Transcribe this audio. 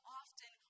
often